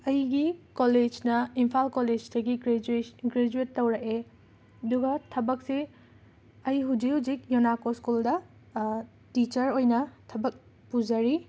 ꯑꯩꯒꯤ ꯀꯣꯂꯦꯁꯅ ꯏꯝꯐꯥꯜ ꯀꯣꯂꯦꯁꯇꯒꯤ ꯒ꯭ꯔꯦꯖꯨꯋꯦꯁꯟ ꯒ꯭ꯔꯦꯖꯨꯋꯦꯠ ꯇꯧꯔꯛꯑꯦ ꯑꯗꯨꯒ ꯊꯕꯛꯁꯤ ꯑꯩ ꯍꯧꯖꯤꯛ ꯍꯧꯖꯤꯛ ꯌꯨꯅꯥꯀꯣ ꯁ꯭ꯀꯨꯜꯗ ꯇꯤꯆꯔ ꯑꯣꯏꯅ ꯊꯕꯛ ꯄꯨꯖꯔꯤ